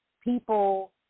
people –